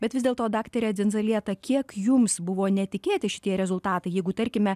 bet vis dėlto daktare dzindzalieta kiek jums buvo netikėti šitie rezultatai jeigu tarkime